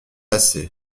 assez